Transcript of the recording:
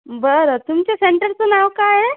बरं तुमच्या सेंटरचं नाव काय आहे